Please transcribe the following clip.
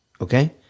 Okay